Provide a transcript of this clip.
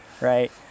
right